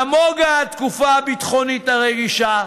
נמוגה התקופה הביטחונית הרגישה,